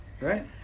Right